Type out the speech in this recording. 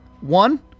One